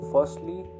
Firstly